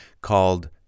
called